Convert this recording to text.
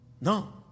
No